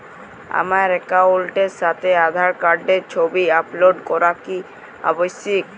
আমার অ্যাকাউন্টের সাথে আধার কার্ডের ছবি আপলোড করা কি আবশ্যিক?